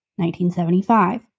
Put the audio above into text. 1975